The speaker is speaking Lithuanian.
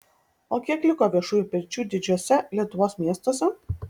o kiek liko viešųjų pirčių didžiuose lietuvos miestuose